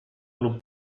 lub